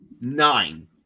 nine